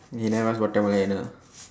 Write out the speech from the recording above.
you never ask what time will end ah